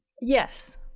Yes